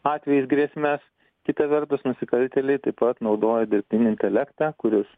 atvejais grėsmes kita vertus nusikaltėliai taip pat naudoja dirbtinį intelektą kuris